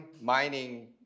mining